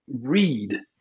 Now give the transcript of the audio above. read